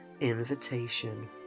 invitation